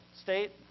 state